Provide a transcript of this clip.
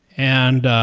and